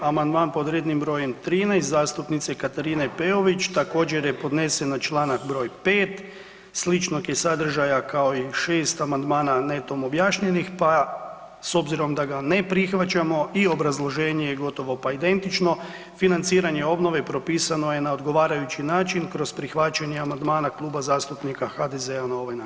Amandman pod rednim brojem 13 zastupnice Katarine Peović, također je podnesen na čl. br. 5., sličnog je sadržaja kao i 6 amandmana netom objašnjenih pa s obzirom da ga ne prihvaćamo i obrazloženje je gotovo pa identično, financiranje obnove propisano je na odgovarajući način, kroz prihvaćanje amandmana Kluba zastupnika HDZ-a na ovaj članak.